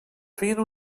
feien